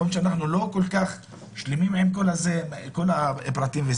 למרות שאנחנו לא שלמים עם כל הפרטים,